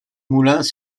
moulins